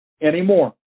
anymore